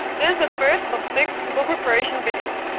this is the first of six book reparation videos.